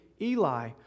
Eli